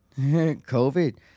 COVID